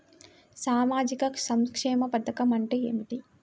సామాజిక సంక్షేమ పథకం అంటే ఏమిటి?